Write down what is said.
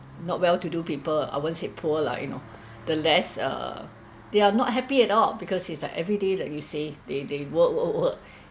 not well-to-do people I won't say poor lah you know the less uh they are not happy at all because it's like everyday like you say they they work work work